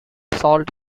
salt